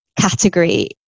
category